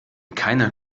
keiner